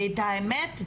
ואת האמת,